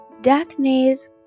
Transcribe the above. Darkness